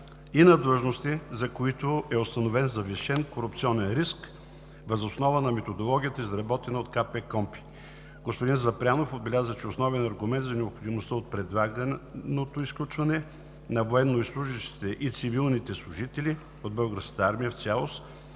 и на длъжности, за които е установен завишен корупционен риск въз основа на методологията, изработена от КПКОНПИ. Господин Запрянов отбеляза, че основен аргумент за необходимостта от предлаганото изключване на военнослужещите и цивилните служители от Българската армия в цялост